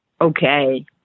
okay